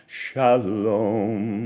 shalom